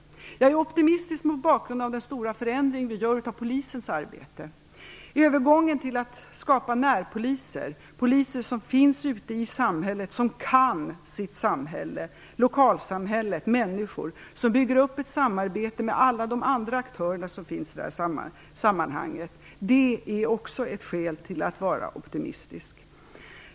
Jag är optimistisk mot bakgrund av den stora förändring som vi gör av polisens arbete, övergången till att skapa närpoliser, poliser som finns ute i samhället och som kan lokalsamhället och känner människor, och som bygger ett samarbete med alla de andra aktörerna som finns i sammanhanget. Det är också ett skäl till att vara optimistisk.